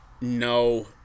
No